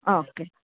okay